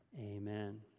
Amen